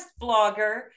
blogger